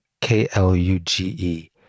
k-l-u-g-e